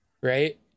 Right